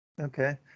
Okay